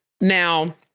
now